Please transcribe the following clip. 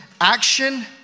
action